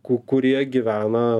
ku kurie gyvena